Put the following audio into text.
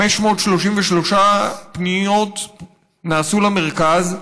533 פניות נעשו למרכז,